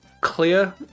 clear